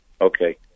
Okay